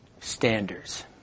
standards